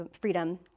freedom